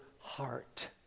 heart